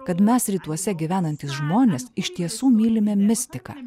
kad mes rytuose gyvenantys žmonės iš tiesų mylime mistiką